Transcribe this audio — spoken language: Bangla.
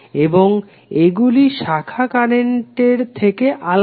এবং এগুলি শাখার কারেন্টের থেকে আলাদা